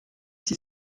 six